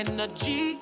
Energy